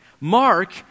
Mark